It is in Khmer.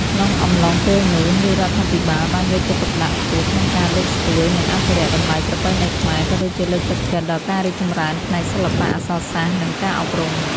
ក្នុងអំឡុងពេលនោះ រាជរដ្ឋាភិបាលបានយកចិត្តទុកដាក់ខ្ពស់ក្នុងការលើកស្ទួយ និងអភិរក្សតម្លៃប្រពៃណីខ្មែរ ក៏ដូចជាលើកទឹកចិត្តដល់ការរីកចម្រើនផ្នែកសិល្បៈ អក្សរសាស្ត្រ និងការអប់រំ។